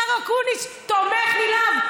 השר אקוניס תומך נלהב.